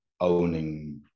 owning